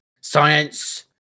science